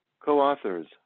co-authors